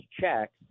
checks